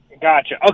Gotcha